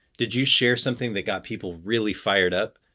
did you share something that got people really fired up?